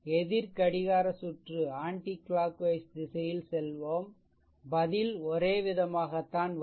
எதிர் கடிகார சுற்று திசையில் செல்வோம் பதில் ஒரேவிதமாகத்தான் வரும்